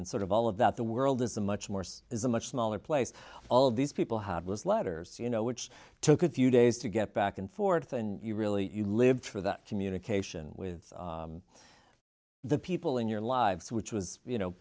and sort of all of that the world is a much more is a much smaller place all of these people had was letters you know which took a few days to get back and forth and you really you lived through that communication with the people in your lives which was you know